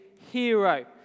hero